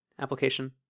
application